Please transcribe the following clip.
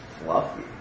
fluffy